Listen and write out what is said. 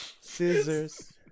Scissors